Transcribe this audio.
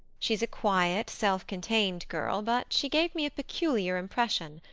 she's a quiet, self-contained girl, but she gave me a peculiar impression.